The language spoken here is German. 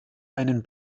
einen